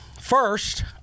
first